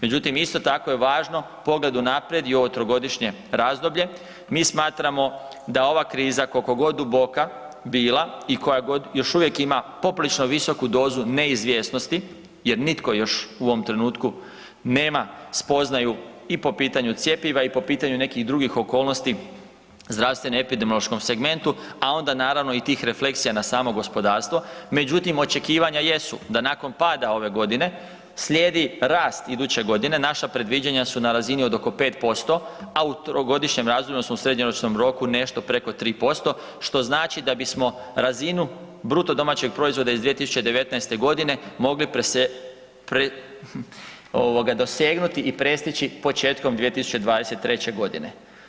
Međutim, isto tako je važno u pogledu naprijed i ovo trogodišnje razdoblje, mi smatramo da ova kriza koliko god duboka bila i koja još uvijek ima poprilično visoku dozu neizvjesnosti jer nitko još u ovom trenutku nema spoznaju i po pitanju cjepiva i po pitanju nekih drugih okolnosti zdravstveno epidemiološkom segmentu, a onda naravno i tih refleksija na samo gospodarstvo, međutim očekivanja jesu da nakon pada ove godine slijedi rast iduće godine, naša predviđanja su na razini od oko 5%, a u trogodišnjem razdoblju odnosno u srednjoročnom roku nešto preko 3% što znači da bismo razinu BDP-a iz 2019. godine mogli ovoga dosegnuti i prestići početkom 2023. godine.